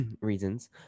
reasons